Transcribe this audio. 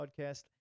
Podcast